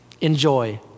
Enjoy